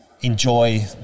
enjoy